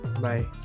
bye